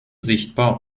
sichtbar